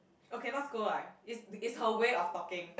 okay not scold lah is is her way of talking